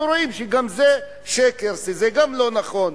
אנחנו רואים שגם זה שקר, שזה גם לא נכון.